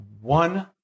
one